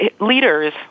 leaders